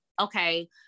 okay